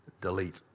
delete